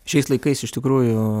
šiais laikais iš tikrųjų